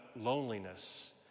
loneliness